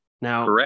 Now